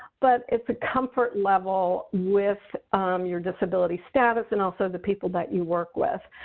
but it's a comfort level with your disability status and also the people that you work with.